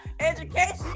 Education